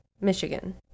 Michigan